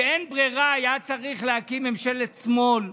שאין ברירה, היה צריך להקים ממשלת שמאל,